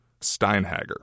Steinhager